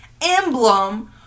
emblem